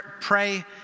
pray